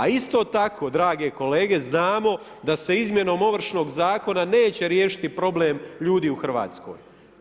A isto tako drage kolege znamo, da se izmjenom Ovršnog zakona, neće riješiti problem ljudi u Hrvatskoj.